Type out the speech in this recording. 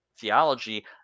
theology